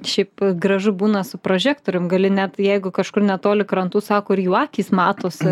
šiaip gražu būna su prožektorium gali net jeigu kažkur netoli krantų sako ir jų akys matosi